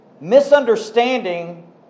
misunderstanding